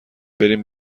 بریم